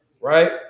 right